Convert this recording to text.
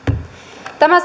tämä